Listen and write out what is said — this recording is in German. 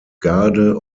garde